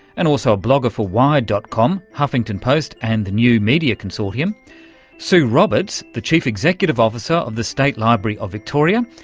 and also a blogger for wired. com, huffington post and the new media consortium sue roberts, the chief executive officer of the state library of victoria,